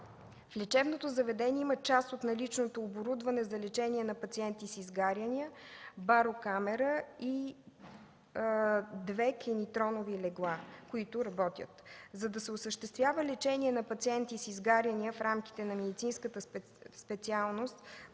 В лечебното заведение има част от наличното оборудване за лечение на пациенти с изгаряния – барокамера и две кинетронови легла, които работят. За да се осъществява лечение на пациенти с изгаряния в рамките на медицинската специалност